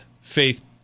faith